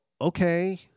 okay